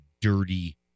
dirty